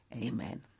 Amen